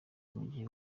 mugihe